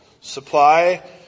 Supply